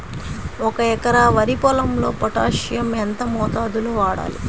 ఒక ఎకరా వరి పొలంలో పోటాషియం ఎంత మోతాదులో వాడాలి?